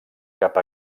cap